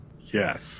Yes